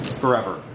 Forever